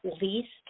least